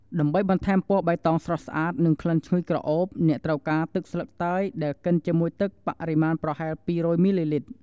ដើម្បីបន្ថែមពណ៌បៃតងស្រស់ស្អាត និងក្លិនឈ្ងុយក្រអូប អ្នកត្រូវការ ទឹកស្លឹកតើយដែលកិនជាមួយទឹកបរិមាណប្រហែល ២០០ មីលីលីត្រ។